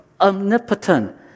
omnipotent